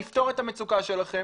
נפתור את המצוקה שלכם,